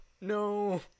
No